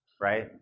Right